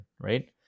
right